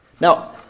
Now